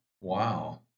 Wow